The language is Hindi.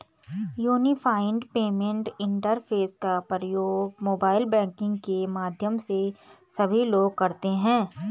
यूनिफाइड पेमेंट इंटरफेस का प्रयोग मोबाइल बैंकिंग के माध्यम से सभी लोग करते हैं